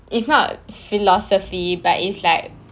it's not philosophy but it's like